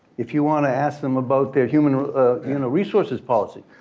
if you want to ask them about their human resources policy,